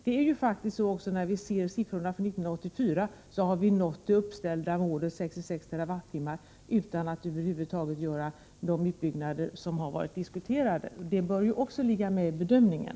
Det är ju faktiskt så att siffrorna för 1984 visar att vi har nått det uppställda målet, 66 TWh, utan att över huvud taget göra de utbyggnader som har diskuterats. Detta bör också ligga med i bedömningen.